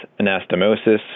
anastomosis